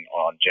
on